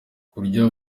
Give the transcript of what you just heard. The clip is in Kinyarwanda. kurya